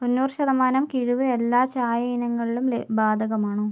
തൊന്നൂറ് ശതമാനം കിഴിവ് എല്ലാ ചായ ഇനങ്ങളിലും ബാധകമാണോ